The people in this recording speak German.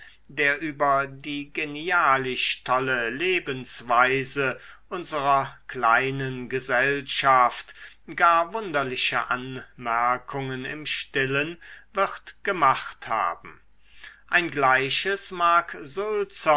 der über die genialisch tolle lebensweise unserer kleinen gesellschaft gar wunderliche anmerkungen im stillen wird gemacht haben ein gleiches mag